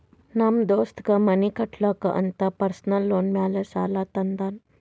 ನಮ್ ದೋಸ್ತಗ್ ಮನಿ ಕಟ್ಟಲಾಕ್ ಅಂತ್ ಪರ್ಸನಲ್ ಲೋನ್ ಮ್ಯಾಲೆ ಸಾಲಾ ತಂದಾನ್